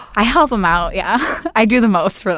i help them out. yeah i do the most for